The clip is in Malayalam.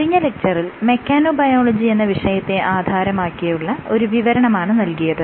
കഴിഞ്ഞ ലെക്ച്ചറിൽ മെക്കാനോബയോളജി എന്ന വിഷയത്തെ ആധാരമാക്കിയുള്ള ഒരു വിവരണമാണ് നൽകിയത്